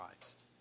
Christ